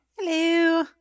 Hello